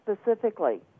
specifically